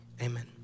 Amen